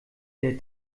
der